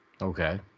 Okay